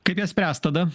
kaip ją spręst tada